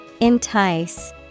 Entice